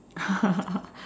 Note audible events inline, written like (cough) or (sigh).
(laughs)